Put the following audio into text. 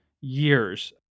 years